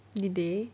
did they